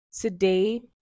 Today